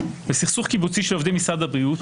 בסכסוך קיבוצי של עובדי מערכת הבריאות,